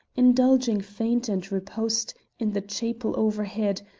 indulging feint and riposte in the chapel overhead,